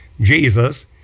Jesus